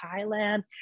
Thailand